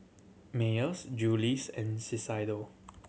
Mayers Julie's and